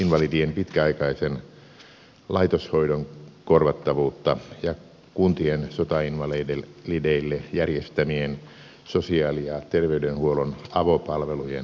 sotainvalidien pitkäaikaisen laitoshoidon korvattavuutta ja kuntien sotainvalideille järjestämien sosiaali ja terveydenhuollon avopalvelujen korvattavuutta